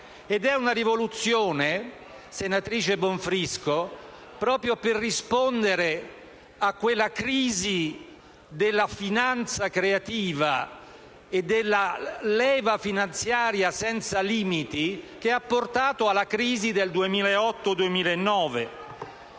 È una rivoluzione - senatrice Bonfrisco - proprio per rispondere a quella crisi della finanza creativa e della leva finanziaria senza limiti che ha portato alla crisi del 2008-2009.